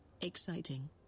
exciting